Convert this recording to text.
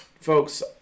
Folks